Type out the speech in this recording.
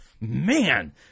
man